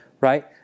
right